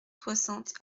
soixante